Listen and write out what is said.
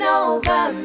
over